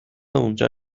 اونجا